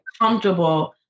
comfortable